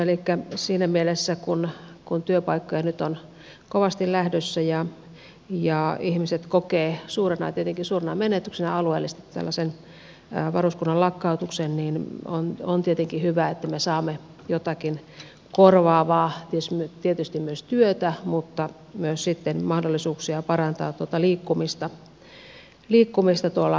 elikkä siinä mielessä kun työpaikkoja nyt on kovasti lähdössä ja ihmiset kokevat tietenkin suurena menetyksenä alueellisesti tällaisen varuskunnan lakkautuksen on tietenkin hyvä että me saamme jotakin korvaavaa tietysti myös työtä mutta myös sitten mahdollisuuksia parantaa tuota liikkumista tuolla alueella